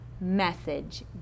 message